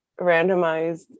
randomized